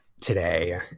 today